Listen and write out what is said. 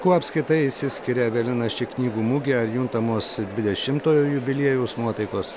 kuo apskritai išsiskiria evelina ši knygų mugė ar juntamos dvidešimtojo jubiliejaus nuotaikos